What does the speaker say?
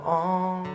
on